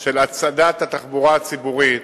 של הצעדת התחבורה הציבורית